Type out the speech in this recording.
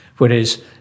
Whereas